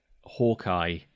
Hawkeye